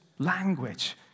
Language